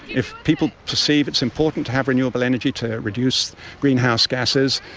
if people perceive it's important to have renewable energy to reduce greenhouse gases,